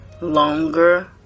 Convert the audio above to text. longer